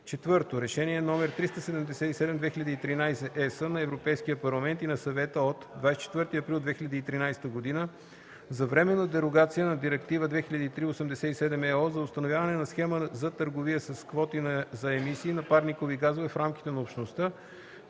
г.); 4. Решение № 377/2013/ЕС на Европейския парламент и на Съвета от 24 април 2013 г. за временна дерогация от Директива 2003/87/ЕО за установяване на схема за търговия с квоти за емисии на парникови газове в рамките на Общността